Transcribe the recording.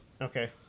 Okay